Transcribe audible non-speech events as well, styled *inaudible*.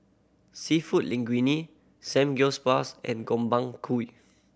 Seafood Linguine *unintelligible* and Gobchang Gui